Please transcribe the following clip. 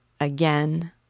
again